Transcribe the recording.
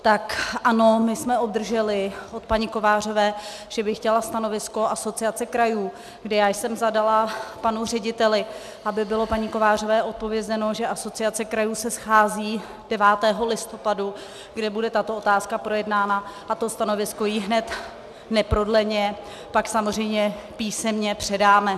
Tak ano, my jsme obdrželi od paní Kovářové, že by chtěla stanovisko Asociace krajů, kdy já jsem zadala panu řediteli, aby bylo paní Kovářové odpovězeno, že Asociace krajů se schází 9. listopadu, kde bude tato otázka projednána, a to stanovisko jí hned, neprodleně pak samozřejmě písemně předáme.